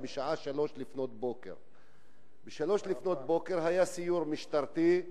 בשעה 03:00. ב-03:00 היה סיור משטרתי,